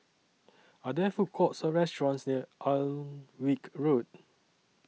Are There Food Courts Or restaurants near Alnwick Road